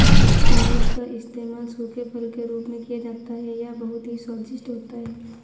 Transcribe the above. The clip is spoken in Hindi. अंजीर का इस्तेमाल सूखे फल के रूप में किया जाता है यह बहुत ही स्वादिष्ट होता है